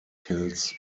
kills